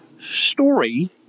story